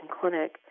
clinic